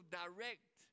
direct